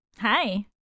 Hi